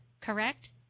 Correct